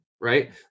right